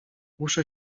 muszę